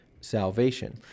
salvation